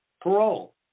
parole